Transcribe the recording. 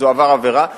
הוא עבר עבירה.